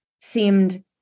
seemed